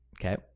okay